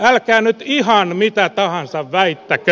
älkää nyt ihan mitä tahansa väittäkö